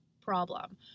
problem